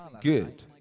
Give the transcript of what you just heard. Good